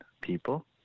people